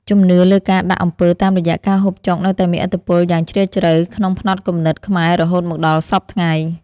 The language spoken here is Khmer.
ជំនឿលើការដាក់អំពើតាមរយៈការហូបចុកនៅតែមានឥទ្ធិពលយ៉ាងជ្រាលជ្រៅក្នុងផ្នត់គំនិតខ្មែររហូតមកដល់សព្វថ្ងៃ។